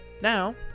Now